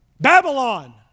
Babylon